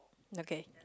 okay